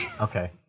Okay